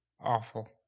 Awful